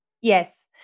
Yes